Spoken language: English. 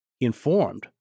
informed